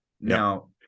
Now